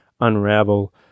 unravel